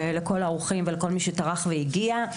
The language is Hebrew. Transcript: לכל האורחים ולכל מי שטרח והגיע.